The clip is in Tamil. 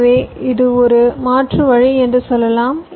எனவே இது ஒரு மாற்று வழி என்று சொல்லலாம்